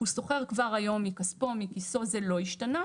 הוא שוכר כבר היום מכספו, מכיסו - זה לא השתנה.